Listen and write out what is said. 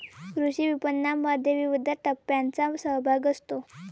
कृषी विपणनामध्ये विविध टप्प्यांचा सहभाग असतो